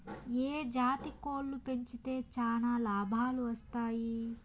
ఏ జాతి కోళ్లు పెంచితే చానా లాభాలు వస్తాయి?